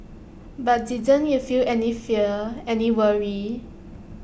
but didn't if you any fear any worry